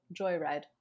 Joyride